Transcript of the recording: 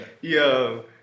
Yo